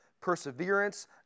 perseverance